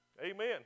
Amen